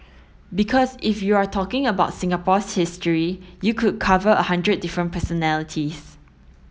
because if you're talking about Singapore's history you could cover a hundred different personalities